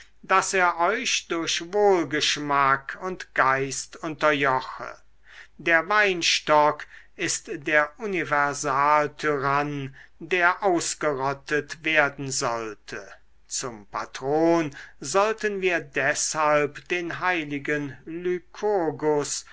daß er euch durch wohlgeschmack und geist unterjoche der weinstock ist der universaltyrann der ausgerottet werden sollte zum patron sollten wir deshalb den heiligen